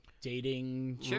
dating